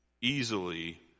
easily